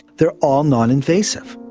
they are all non-invasive,